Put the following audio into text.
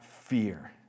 fear